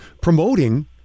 promoting